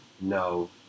No